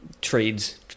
trades